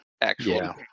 actual